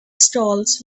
stalls